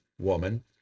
woman